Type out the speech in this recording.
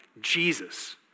Jesus